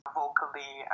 vocally